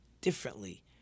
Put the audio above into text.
differently